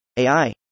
AI